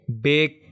big